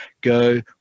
go